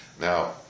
Now